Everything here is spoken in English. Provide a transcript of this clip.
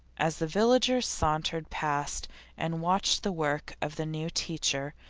as the villagers sauntered past and watched the work of the new teacher,